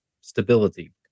stability